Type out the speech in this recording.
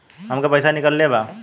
हमके पैसा निकाले के बा